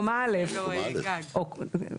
אגב,